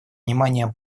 внимание